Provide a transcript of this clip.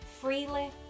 freely